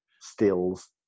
Stills